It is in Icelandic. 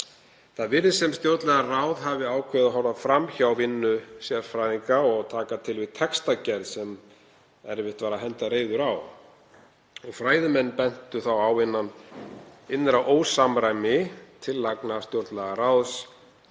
Það virðist sem stjórnlagaráð hafi ákveðið að horfa fram hjá vinnu sérfræðinga og taka til við textagerð sem erfitt var að henda reiður á. Fræðimenn bentu þá á innra ósamræmi tillagna stjórnlagaráðs